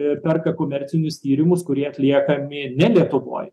perka komercinius tyrimus kurie atliekami ne lietuvoj